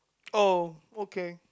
oh okay